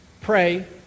Pray